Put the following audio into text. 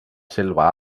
selva